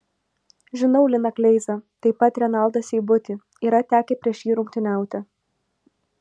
žinau liną kleizą taip pat renaldą seibutį yra tekę prieš jį rungtyniauti